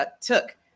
took